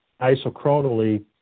isochronally